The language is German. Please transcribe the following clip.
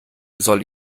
soll